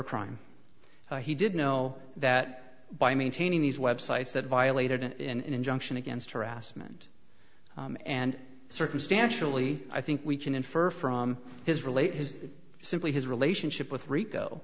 a crime he did know that by maintaining these websites that violated and injunction against harassment and circumstantially i think we can infer from his relate his simply his relationship with rico